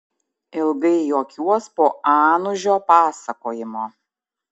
ilgai juokiuos po anužio pasakojimo